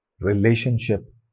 relationship